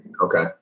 Okay